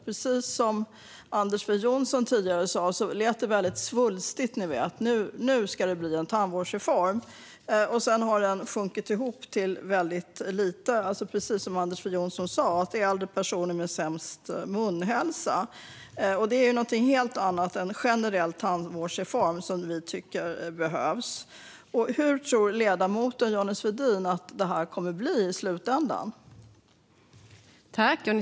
Precis som Anders W Jonsson sa lät det väldigt svulstigt: Nu ska det bli en tandvårdsreform! Sedan har den sjunkit ihop till väldigt lite. Nu gäller den äldre personer med sämst munhälsa, och det är något helt annat än en generell tandvårdsreform, som vi tycker behövs. Hur tror ledamoten Johnny Svedin att detta kommer att bli i slutändan?